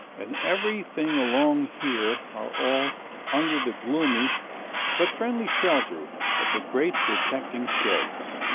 and everything along here are all under the gloomy but friendly shelter of the great protecting sheds.